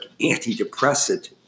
antidepressant